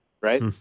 right